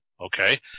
okay